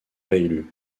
réélu